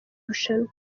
rushanwa